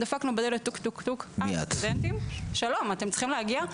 דפקנו בדלת שלום, אתם צריכים להגיע?